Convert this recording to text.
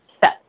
set